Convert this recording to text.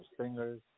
singers